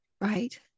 Right